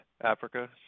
Africa